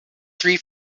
three